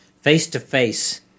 face-to-face